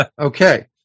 Okay